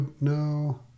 No